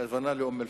הכוונה לאום-אל-פחם,